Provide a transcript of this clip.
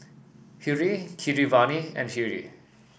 Hri Keeravani and Hri